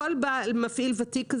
כל מפעיל ותיק,